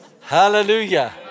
Hallelujah